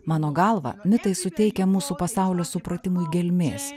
mano galva mitai suteikia mūsų pasaulio supratimui gelmės